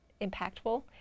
impactful